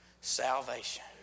salvation